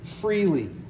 freely